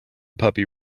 puppy